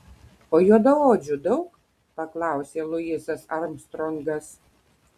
o juodaodžių daug paklausė luisas armstrongas